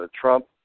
Trump